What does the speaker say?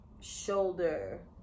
shoulder